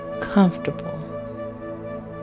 comfortable